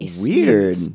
Weird